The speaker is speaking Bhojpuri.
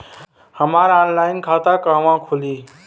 हमार ऑनलाइन खाता कहवा खुली?